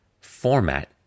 format